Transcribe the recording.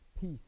peace